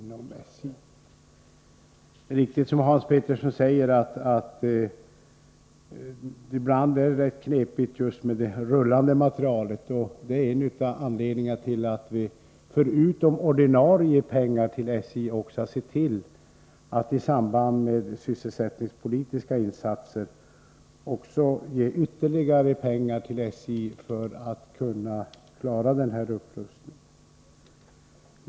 Det är riktigt som Hans Petersson i Hallstahammar säger att det ibland är knepigt med den rullande materielen, och det är en av anledningarna till att vi —- förutom ordinarie pengar till SJ — också har sett till att i samband med sysselsättningspolitiska insatser ge ytterligare pengar till SJ för att kunna klara den här upprustningen.